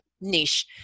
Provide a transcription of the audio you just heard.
niche